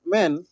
Men